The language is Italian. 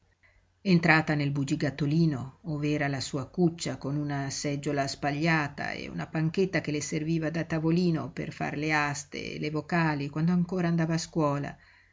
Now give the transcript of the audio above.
entrata nel bugigattolino ov'era la sua cuccia con una seggiola spagliata e una panchetta che le serviva da tavolino per far le aste e le vocali quand'ancora andava a scuola